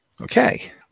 Okay